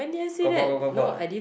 got got got got got